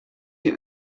die